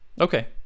Okay